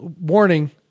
Warning